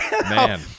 man